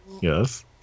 Yes